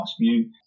view